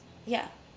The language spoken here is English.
ya